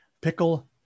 Pickle